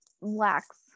lax